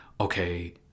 okay